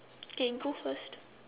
can go first